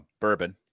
bourbon